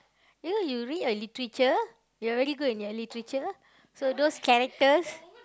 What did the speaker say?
you know you read a literature you are very good in your literature so those characters